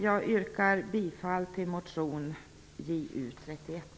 Jag yrkar bifall till motion Ju31.